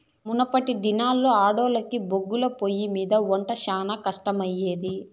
మునపటి దినాల్లో ఆడోల్లకి బొగ్గుల పొయ్యిమింద ఒంట శానా కట్టమయ్యేది